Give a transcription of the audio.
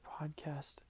podcast